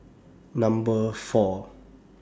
Number four